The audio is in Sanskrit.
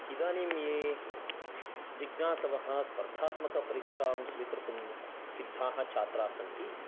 इदानिं ये जिज्ञासवः स्पार्धात्मकपरीक्षां स्वीकृतुं सिद्धाः छात्राः सन्ति